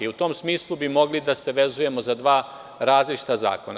U tom smislu bi mogli da se vezujemo za dva različita zakona.